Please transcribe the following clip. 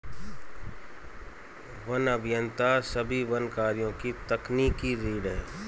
one अभियंता सभी वन कार्यों की तकनीकी रीढ़ हैं